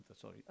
sorry